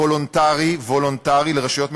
וולונטרי לרשויות מקומיות,